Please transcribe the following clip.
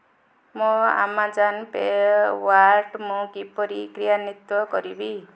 ମୋ Amazon pay ୱାଟ୍ ମୁଁ କିପରି କ୍ରିୟାନ୍ଵିତ କରିବି